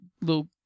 little